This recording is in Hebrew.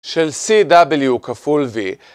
של CW כפול V.